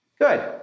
Good